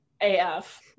AF